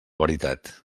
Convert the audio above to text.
veritat